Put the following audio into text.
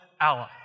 ally